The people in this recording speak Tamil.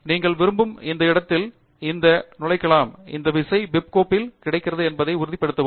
நீங்கள் விரும்பும் எந்த இடத்திலும் இதை நுழைக்கலாம் இந்த விசை பிப் கோப்பில் கிடைக்கிறது என்பதை உறுதிப்படுத்தவும்